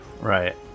Right